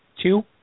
Two